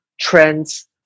trends